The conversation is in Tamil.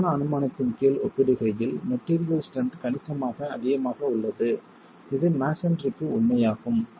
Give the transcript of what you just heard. பொய்யான அனுமானத்தின் கீழ் ஒப்பிடுகையில் மெட்டீரியல் ஸ்ட்ரென்த் கணிசமாக அதிகமாக உள்ளது இது மஸோன்றிக்கு உண்மையாகும்